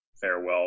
farewell